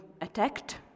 attacked